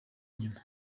nyuma